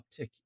uptick